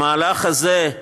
המהלך הזה,